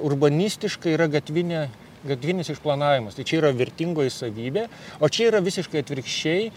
urbanistiškai yra gatvinė gatvinis išplanavimas tai čia yra vertingoji savybė o čia yra visiškai atvirkščiai